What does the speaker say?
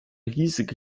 riesige